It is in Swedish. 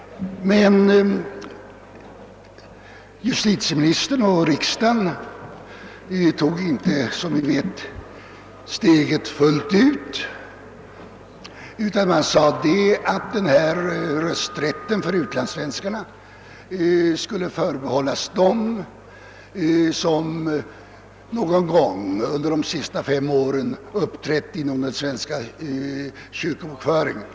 Men som vi vet tog justitieminis tern och riksdagen inte steget fullt ut den gången, utan rösträtten förbehölls de utlandssvenskar som någon gång under de senaste fem åren förekommit i den svenska kyrkobokföringen.